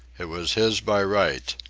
it was his by right.